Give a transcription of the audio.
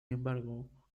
embargo